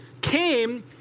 came